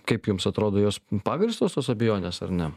kaip jums atrodo jos pagrįstos tos abejonės ar ne